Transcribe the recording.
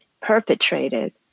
perpetrated